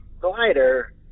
glider